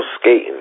skating